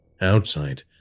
Outside